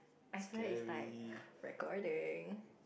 I swear it's like recording